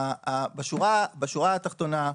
בשורה התחתונה,